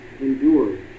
endured